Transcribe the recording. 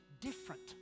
different